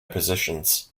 positions